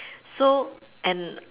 so and